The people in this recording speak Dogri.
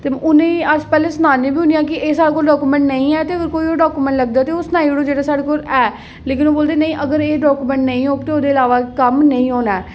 ते उ'नें ई अस पैह्लें सनान्ने आं के एह् साढ़े कोल ओह् डॉक्युमेंट नेईं ऐ ते कोह्का डॉक्युमेंट लगदा ते एह् सनाई ओड़ना ते ओह् सनाई ओड़ो जेह्ड़ा साढ़े कोल ऐ लेकिन ओह् बोलदे नेईं अगर एह् डॉक्युमेंट नेईं होग ते ओह्दे अलावा कम्म नेईं होना ऐ